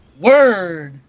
Word